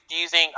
using